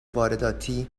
وارداتی